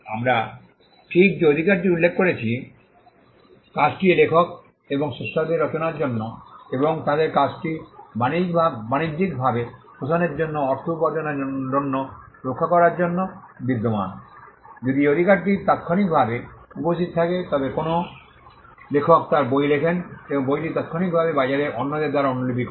আমরা ঠিক যে অধিকারটি উল্লেখ করেছি কাজটি লেখক এবং স্রষ্টাদের রচনার জন্য এবং তাদের কাজটি বাণিজ্যিকভাবে শোষণের জন্য অর্থ উপার্জনের জন্য রক্ষা করার জন্য বিদ্যমান যদি এই অধিকারটি তাত্ক্ষণিকভাবে উপস্থিত থাকে তবে কোনও লেখক তার বই লেখেন এবং বইটি তাত্ক্ষণিকভাবে বাজারে অন্যদের দ্বারা অনুলিপি করা